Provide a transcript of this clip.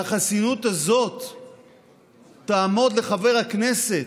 והחסינות הזאת תעמוד לחבר הכנסת,